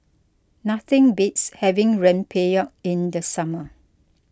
nothing beats having Rempeyek in the summer